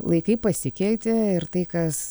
laikai pasikeitė ir tai kas